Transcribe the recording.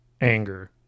anger